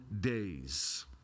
days